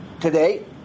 today